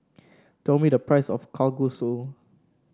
tell me the price of Kalguksu